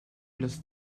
los